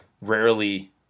rarely